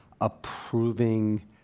approving